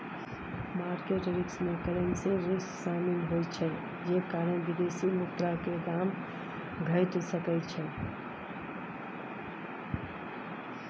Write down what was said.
market risk में currency risk शामिल होइ छइ जे कारण विदेशी मुद्रा के दाम घइट सकइ छइ